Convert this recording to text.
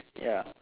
ya